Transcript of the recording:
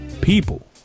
people